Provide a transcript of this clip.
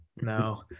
No